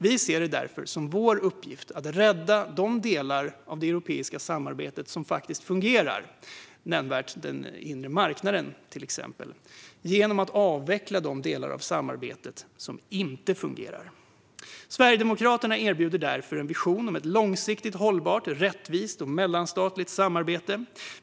Vi ser det därför som vår uppgift att rädda de delar av det europeiska samarbetet som fungerar, exempelvis den inre marknaden, genom att avveckla de delar av samarbetet som inte fungerar. Sverigedemokraterna erbjuder därför en vision om ett långsiktigt hållbart, rättvist och mellanstatligt samarbete.